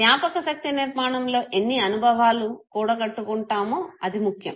జ్ఞాపకశక్తి నిర్మాణంలో ఎన్ని అనుభవాలో కుడగొట్టుకుంటామో అది ముఖ్యం